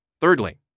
Thirdly